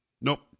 Nope